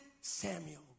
Samuel